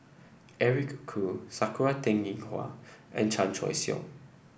Eric Khoo Sakura Teng Ying Hua and Chan Choy Siong